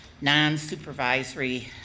non-supervisory